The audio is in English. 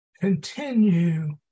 Continue